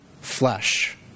flesh